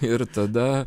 ir tada